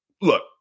Look